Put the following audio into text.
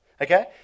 Okay